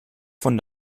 von